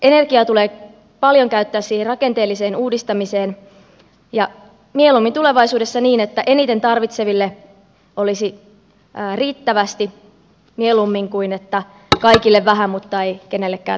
energiaa tulee käyttää paljon rakenteelliseen uudistamiseen ja mieluummin tulevaisuudessa niin että eniten tarvitseville olisi riittävästi mieluummin kuin että kaikille vähän mutta ei kenellekään tarpeeksi